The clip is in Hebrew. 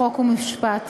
חוק ומשפט,